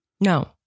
No